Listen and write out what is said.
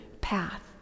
path